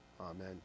Amen